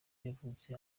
yavutse